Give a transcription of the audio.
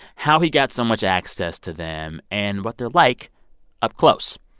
how he got so much access to them and what they're like up close.